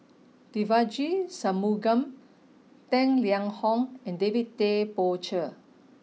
Devagi Sanmugam Tang Liang Hong and David Tay Poey Cher